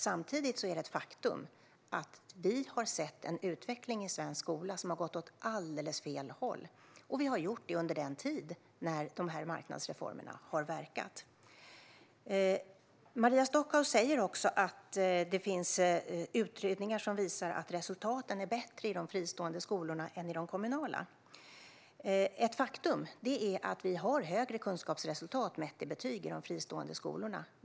Samtidigt är det ett faktum att utvecklingen i svensk skola har gått åt alldeles fel håll, och detta har vi sett under den tid då dessa marknadsreformer har verkat. Maria Stockhaus säger att det finns utredningar som visar att resultaten är bättre i de fristående skolorna än i de kommunala. Det är ett faktum att kunskapsresultaten är högre i de fristående skolorna mätt i betyg.